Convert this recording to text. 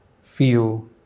feel